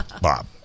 bob